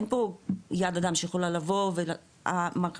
אין פה יד אדם שיכולה לבוא ו- המחשב